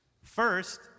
First